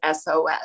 SOS